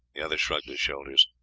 the other shrugged his shoulders.